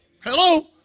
Hello